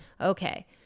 Okay